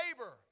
labor